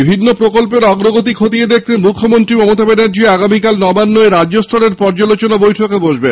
বিভিন্ন প্রকল্পের অগ্রগতি খতিয়ে দেখতে মুখ্যমন্ত্রী মমতা ব্যানার্জী আগামীকাল নবান্নে রাজ্যস্তরের পর্যালোচনা বৈঠকে বসছেন